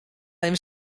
efkes